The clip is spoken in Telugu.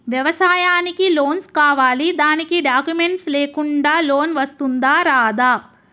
వ్యవసాయానికి లోన్స్ కావాలి దానికి డాక్యుమెంట్స్ లేకుండా లోన్ వస్తుందా రాదా?